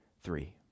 Three